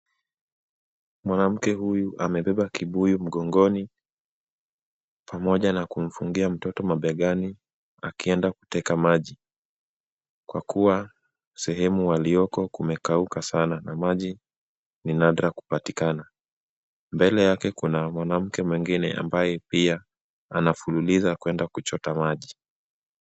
Mwanamke huyu amebeba kibuyu mgongoni pamoja na kumfungia mtoto mabegani akienda kuteka maji kwa kuwa sehemu walioko kumekauka sana na maji ni nadra kupatikana. Mbele yake kuna mwanamke mwengine ambaye pia anafululiza kuenda kuchota maji.